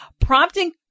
prompting